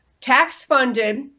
tax-funded